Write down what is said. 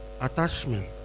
attachment